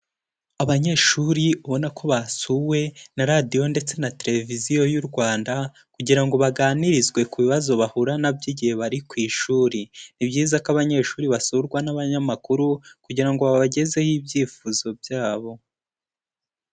Abanyeshuri ubona ko basuwe na radiyo ndetse na televiziyo y'u Rwanda kugira ngo baganirizwe ku bibazo bahura nabyo igihe bari ku ishuri, ni byiza ko abanyeshuri basurwa n'abanyamakuru kugira ngo babagezeho ibyifuzo byabo.